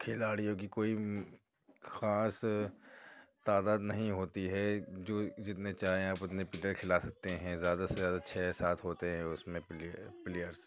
کھلاڑیوں کی کوئی خاص تعداد نہیں ہوتی ہے جو جتنے چاہیں آپ اتنے پیلیئر کھلا سکتے ہیں زیادہ زیادہ چھ سات ہوتے ہیں اُس میں پیلیئر پیلیئرس